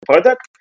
product